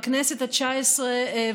בכנסת התשע-עשרה.